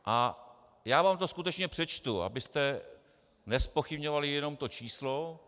A já vám to skutečně přečtu, abyste nezpochybňovali jenom to číslo.